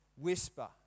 whisper